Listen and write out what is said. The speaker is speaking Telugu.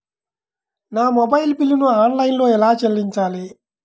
నా మొబైల్ బిల్లును ఆన్లైన్లో ఎలా చెల్లించాలి?